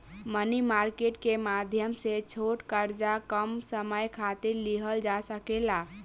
मनी market के माध्यम से छोट कर्जा कम समय खातिर लिहल जा सकेला